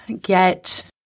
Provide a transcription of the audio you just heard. get